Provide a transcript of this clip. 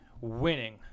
winning